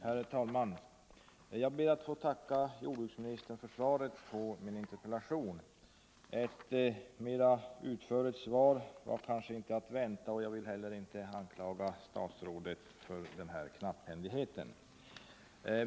Herr talman! Jag ber att få tacka jordbruksministern för svaret på min interpellation. Ett mera utförligt svar var kanske inte att vänta, och jag vill inte anklaga statsrådet för denna knapphändighet.